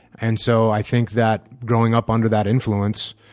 and so i think that growing up under that influence,